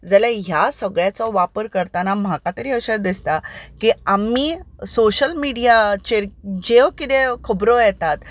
जाल्यार ह्या सगळ्यांचो वापर करतना म्हाका तरी अशें दिसता की आमी सोशियल मिडियाचेर ज्यो कितें खबरो येतात